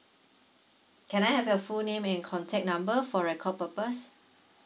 can I have your full name and contact number for record purpose